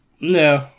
no